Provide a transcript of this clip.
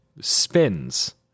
spins